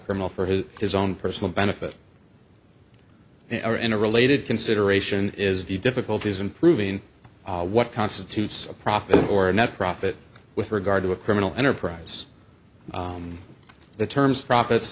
criminal for his his own personal benefit or in a related consideration is the difficulties in proving what constitutes a profit or a net profit with regard to a criminal enterprise the terms